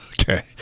Okay